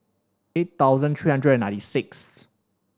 eight thousand three hundred ninety sixth